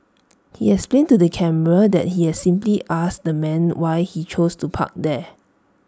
he explained to the camera that he has simply asked the man why he chose to park there